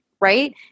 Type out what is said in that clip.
right